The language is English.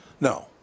No